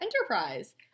enterprise